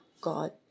God